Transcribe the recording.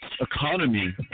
economy